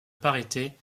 parité